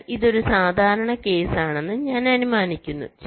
അതിനാൽ ഇതൊരു സാധാരണ കേസാണെന്ന് ഞാൻ അനുമാനിക്കുന്നു